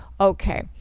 okay